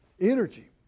energy